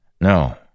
No